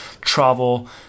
travel